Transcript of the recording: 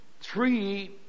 three